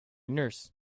nurse